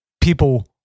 people